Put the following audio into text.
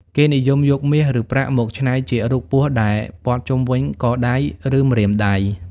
គេនិយមយកមាស ឬប្រាក់មកច្នៃជារូបពស់ដែលព័ទ្ធជុំវិញកដៃ ឬម្រាមដៃ។